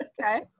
Okay